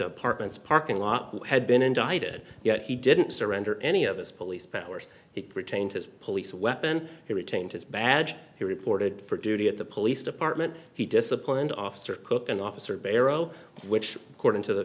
apartments parking lot had been indicted yet he didn't surrender any of us police powers he retained his police weapon he retained his badge he reported for duty at the police department he disciplined officer cook and officer barrow which according to the